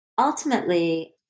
ultimately